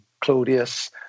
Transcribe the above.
Claudius